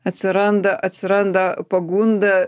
atsiranda atsiranda pagunda